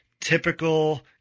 typical